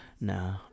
No